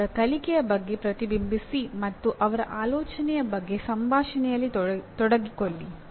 ಅವರ ಕಲಿಕೆಯ ಬಗ್ಗೆ ಪ್ರತಿಬಿಂಬಿಸಿ ಮತ್ತು ಅವರ ಆಲೋಚನೆಯ ಬಗ್ಗೆ ಸಂಭಾಷಣೆಯಲ್ಲಿ ತೊಡಗಿಕೊಳ್ಳಿ